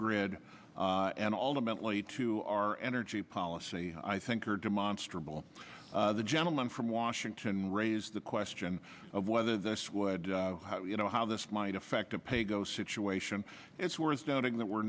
grid and ultimately to our energy policy i think are demonstrably the gentleman from washington raised the question of whether this would you know how this might affect a paygo situation it's worth noting that we're